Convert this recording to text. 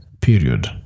period